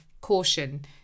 caution